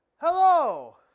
Hello